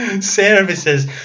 services